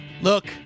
Look